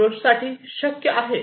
0 साठी शक्य आहे